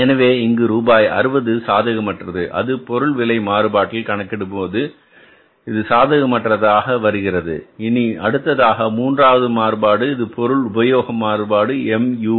எனவே இங்கு ரூபாய் 60 சாதகமற்ற து அதாவது பொருள் விலை மாறுபாட்டில் கணக்கிடும்போது இது சாதகமற்ற தாக இருக்கிறது இனி அடுத்ததாக மூன்றாவது மாறுபாடு இது பொருள் உபயோக மாறுபாடு MUV